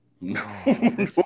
No